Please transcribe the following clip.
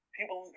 People